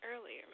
Earlier